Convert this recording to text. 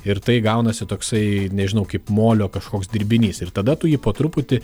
ir tai gaunasi toksai nežinau kaip molio kažkoks dirbinys ir tada tu jį po truputį